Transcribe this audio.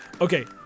Okay